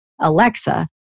Alexa